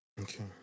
okay